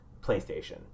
PlayStation